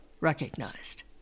recognized